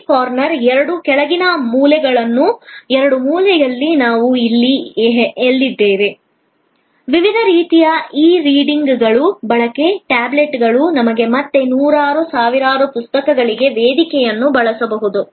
side corner ಎರಡು ಕೆಳಗಿನ ಮೂಲೆಗಳು ಎಡ ಮೂಲೆಯಲ್ಲಿ ನಾವು ಇಂದು ಎಲ್ಲಿದ್ದೇವೆ ವಿವಿಧ ರೀತಿಯ ಇ ರೀಡರ್ಗಳ ಬಳಕೆ ಟ್ಯಾಬ್ಲೆಟ್ಗಳು ನಮಗೆ ಮತ್ತೆ ನೂರಾರು ಸಾವಿರಾರು ಪುಸ್ತಕಗಳಿಗೆ ವೇದಿಕೆಯನ್ನು ಬಳಸಬಹುದು